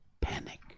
panic